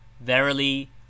Verily